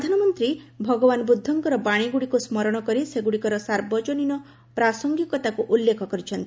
ପ୍ରଧାନମନ୍ତ୍ରୀ ଭଗବାନ ବୁଦ୍ଧଙ୍କର ବାଶୀଗୁଡ଼ିକୁ ସ୍କରଣ କରି ସେଗୁଡ଼ିକର ସାର୍ବଜନୀନ ପ୍ରାସଙ୍ଗିକତାକୁ ଉଲ୍ଲେଖ କରିଛନ୍ତି